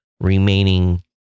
remaining